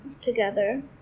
together